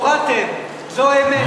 הורדתם, זאת האמת.